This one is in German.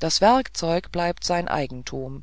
der werkzeug bleibt sein eigentum